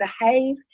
behave